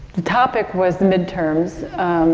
the topic was the midterms,